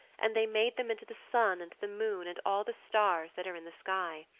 and they made them into the sun and the moon and all the stars that are in the sky.